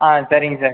ஆ சரிங்க சார்